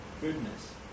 goodness